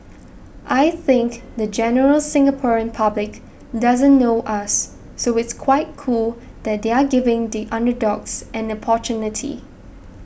I think the general Singaporean public doesn't know us so it's quite cool that they're giving the underdogs an opportunity